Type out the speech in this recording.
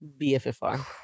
BFFR